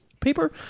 paper